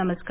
नमस्कार